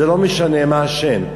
זה לא משנה מה השם.